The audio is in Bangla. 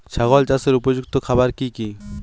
ছাগল চাষের উপযুক্ত খাবার কি কি?